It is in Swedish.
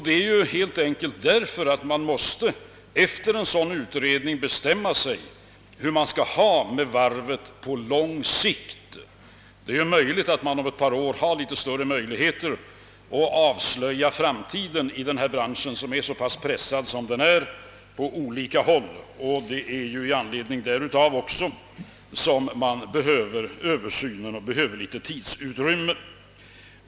Det är helt enkelt därför att man efter en sådan utredning måste bestämma sig för hur det skall bli med varvet på lång sikt. Det är möjligt att man om några år har litet större möjligheter att avslöja framtiden i denna bransch, som är så pressad som den är på olika håll. Det är också av den anledningen som man behöver en översyn och litet tidsutrymme.